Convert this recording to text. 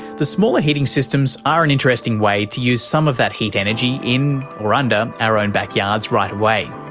the smaller heating systems are an interesting way to use some of that heat energy in or under our own backyards right away.